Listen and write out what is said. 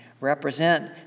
represent